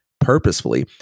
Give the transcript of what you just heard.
purposefully